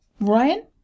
Ryan